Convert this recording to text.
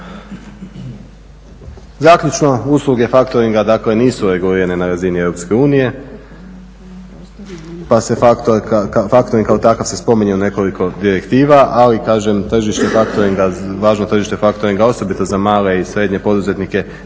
Zaključno, usluge faktoringa dakle nisu regulirane na razini EU, pa se faktoring kao takav se spominje u nekoliko direktiva, ali kažem tržište faktoringa, važno tržište faktoringa osobito za male i srednje poduzetnike